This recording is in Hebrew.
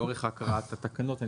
לאורך הקראת התקנות.